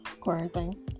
quarantine